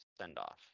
send-off